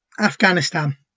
Afghanistan